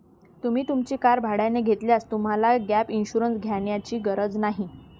तुम्ही तुमची कार भाड्याने घेतल्यास तुम्हाला गॅप इन्शुरन्स घेण्याची गरज नाही